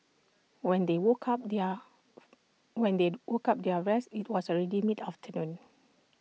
when they woke up their when they woke up their their rest IT was already mid afternoon